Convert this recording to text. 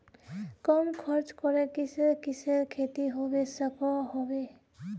कम खर्च करे किसेर किसेर खेती होबे सकोहो होबे?